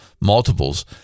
multiples